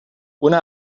una